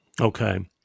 Okay